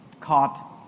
Caught